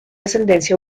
ascendencia